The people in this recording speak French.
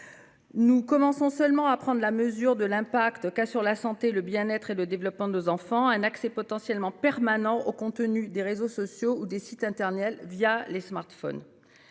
Nous commençons seulement à prendre la mesure des répercussions qu'a sur la santé, le bien-être et le développement de nos enfants un accès potentiellement permanent aux contenus des réseaux sociaux ou des sites internet les smartphones.